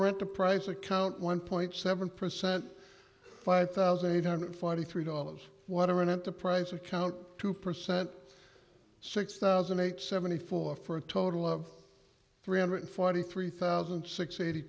rent the price account one point seven percent five thousand eight hundred forty three dollars water and enterprise account two percent six thousand eight seventy four for a total of three hundred forty three thousand six eighty